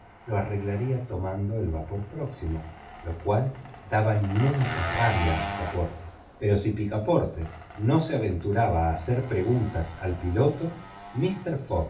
lo arreglaría tomando el vapor próximo lo cual daba inmensa rabia a picaporte pero si picaporte no se aventuraba a hacer preguntas al piloto mister